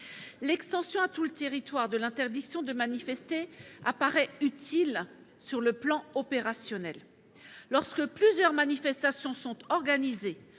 L'extension à tout le territoire de l'interdiction de manifester apparaît utile sur le plan opérationnel. Lorsque plusieurs manifestations sont organisées